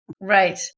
Right